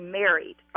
married